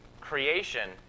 creation